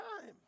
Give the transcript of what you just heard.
time